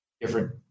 different